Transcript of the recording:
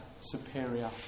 superior